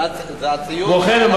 זה הציור שיש על ה"קוטג'".